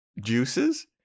juices